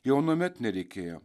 jau anuomet nereikėjo